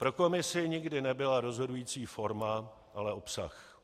Pro Komisi nikdy nebyla rozhodující forma, ale obsah.